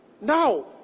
Now